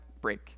break